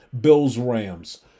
Bills-Rams